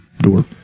door